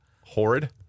horrid